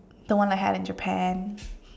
the one I have in Japan